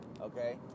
okay